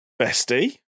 bestie